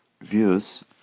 views